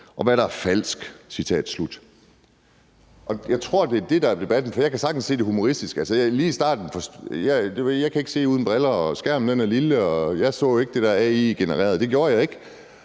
og hvad der er falsk.« Citat slut. Jeg tror, det er det, der er debatten. For jeg kan sagtens se det humoristiske. Jeg kan ikke se uden briller, og skærmen er lille, og jeg så ikke det der AI-genererede – det gjorde jeg ikke.